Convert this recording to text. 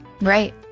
right